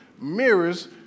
mirrors